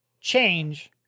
change